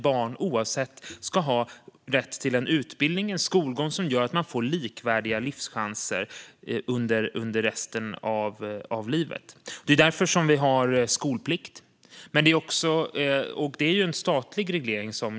Barn har alltså rätt till en skolgång och utbildning som ger dem likvärdiga chanser under resten av livet. Det är också därför vi har skolplikt, och som alla känner till är det en statlig reglering.